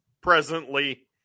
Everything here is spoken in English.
presently